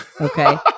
Okay